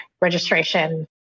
registration